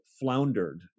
floundered